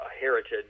heritage